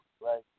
right